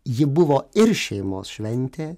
ji buvo ir šeimos šventė